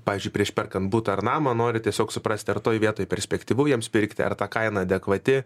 pavyzdžiui prieš perkant butą ar namą nori tiesiog suprasti ar toj vietoj perspektyvu jiems pirkti ar ta kaina adekvati